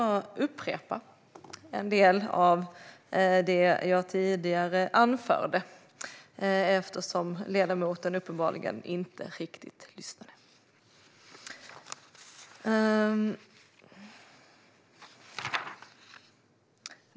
Fru talman! Jag ska upprepa en del av det jag tidigare anförde, eftersom ledamoten uppenbarligen inte riktigt lyssnade.